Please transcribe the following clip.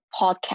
podcast